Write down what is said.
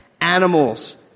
animals